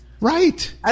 Right